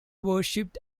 worshiped